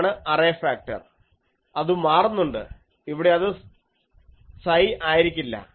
ഇതാണ് array factor അതു മാറുന്നുണ്ട് ഇവിടെ അത് സൈ ആയിരിക്കില്ല